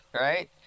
right